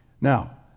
now